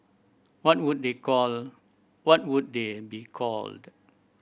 what would they called what would they be called